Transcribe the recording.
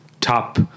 top